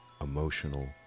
emotional